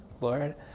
Lord